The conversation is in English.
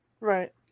right